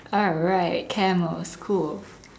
alright camels cool